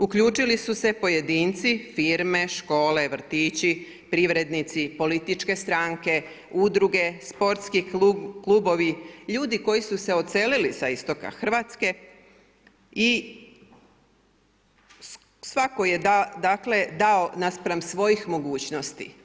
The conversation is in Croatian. Uključili su se pojedinci, firme, škole, vrtići, privrednici, političke stranke, udruge, sportski klubovi, ljudi koji su se odselili sa istoka Hrvatske i svatko je dakle dao naspram svojih mogućnosti.